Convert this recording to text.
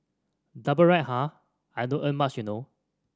double ride ah I don't earn much you know